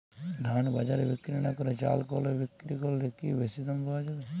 ধান বাজারে বিক্রি না করে চাল কলে বিক্রি করলে কি বেশী দাম পাওয়া যাবে?